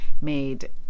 made